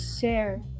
share